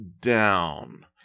down